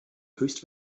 höchst